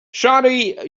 shawty